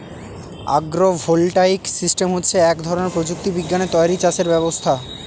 আগ্র voltaic system হচ্ছে এক ধরনের প্রযুক্তি বিজ্ঞানে তৈরী চাষের ব্যবস্থা